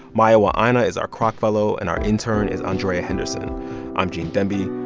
mayowa aina is our kroc fellow, and our intern is andrea henderson i'm gene demby.